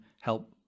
help